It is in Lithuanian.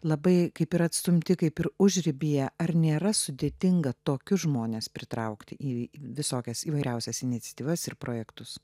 labai kaip ir atstumti kaip ir užribyje ar nėra sudėtinga tokius žmones pritraukti į visokias įvairiausias iniciatyvas ir projektus